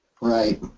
Right